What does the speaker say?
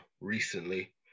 recently